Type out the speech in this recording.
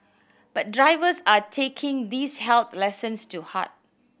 but drivers are taking these health lessons to heart